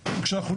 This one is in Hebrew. בגלל שהם לא